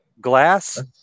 Glass